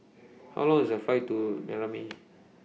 How Long IS The Flight to Niamey